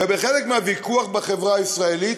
ובחלק מהוויכוח בחברה הישראלית